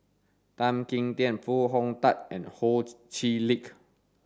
Tan Kim Tian Foo Hong Tatt and Ho Chee Lick